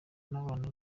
n’abana